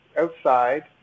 outside